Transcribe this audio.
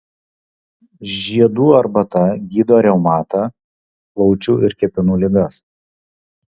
žiedų arbata gydo reumatą plaučių ir kepenų ligas